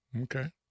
Okay